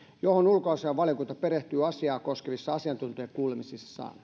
johon ulkoasiainvaliokunta perehtyy asiaa koskevissa asiantuntijakuulemisissaan